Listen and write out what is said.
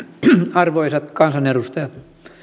arvoisat kansanedustajat